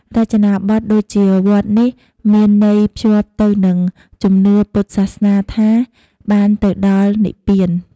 រចនាបទដូចជាវត្តនេះមានន័យភ្ជាប់ទៅនឹងជំនឿពុទ្ធសាសនាថាបានទៅដល់និព្វាន។